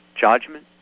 judgment